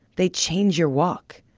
they change your walk.